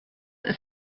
ist